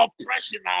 oppression